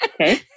okay